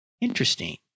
Interesting